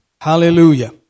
Hallelujah